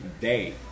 day